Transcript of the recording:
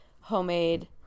homemade